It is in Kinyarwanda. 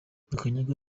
makanyaga